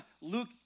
Luke